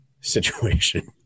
situation